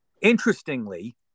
interestingly